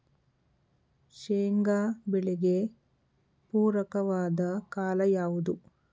ಶೇಂಗಾ ಬೆಳೆಗೆ ಪೂರಕವಾದ ಕಾಲ ಯಾವುದು?